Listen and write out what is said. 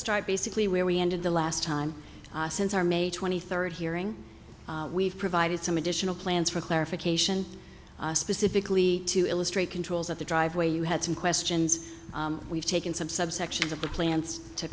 start basically where we ended the last time since our may twenty third hearing we've provided some additional plans for clarification specifically to illustrate controls at the driveway you had some questions we've taken some subsections of the plants to